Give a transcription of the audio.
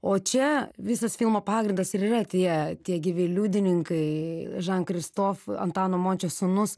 o čia visas filmo pagrindas ir yra tie tie gyvi liudininkai žan kristof antano mončio sūnus